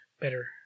better